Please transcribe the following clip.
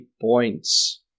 points